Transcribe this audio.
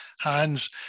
hands